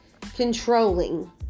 controlling